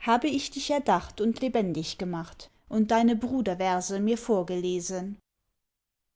habe ich dich erdacht und lebendig gemacht und deine bruderverse mir vorgelesen